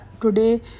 today